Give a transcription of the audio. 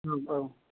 औ औ